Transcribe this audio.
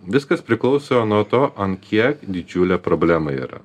viskas priklauso nuo to ant kiek didžiulė problema yra